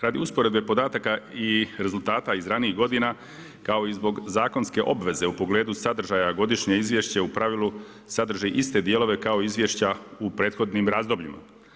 Radi usporedbe podataka i rezultata iz ranijih godina kao i zbog zakonske obveze u pogledu sadržaja godišnje izvješće u pravilu sadrži iste dijelove kao izvješća u prethodnim razdobljima.